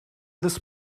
this